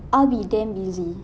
I'll be damn busy